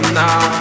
now